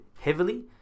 heavily